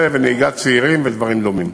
זה ונהיגת צעירים ודברים דומים.